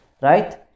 right